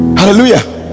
hallelujah